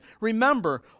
Remember